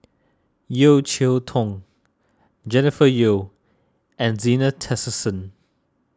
Yeo Cheow Tong Jennifer Yeo and Zena Tessensohn